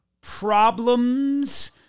problems